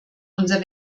unser